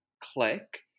click